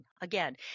Again